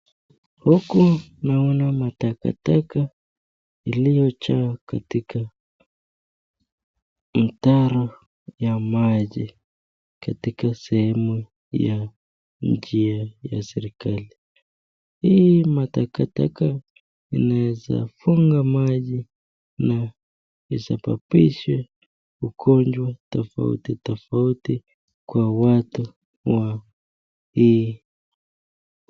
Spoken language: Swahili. Huku naona matakataka iliyojaa katika mtaro ya maji katika sehemu ya njia ya serekali , hii matakataka inaweza funga maji na isababishe ugonjwa tafauti tafauti kwa watu wa hii.